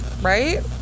right